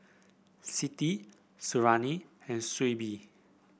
Siti Suriani and Shuib